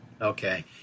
Okay